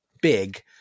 big